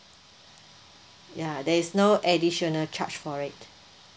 ya there is no additional charge for it